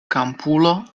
kampulo